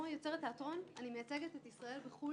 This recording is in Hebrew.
החוק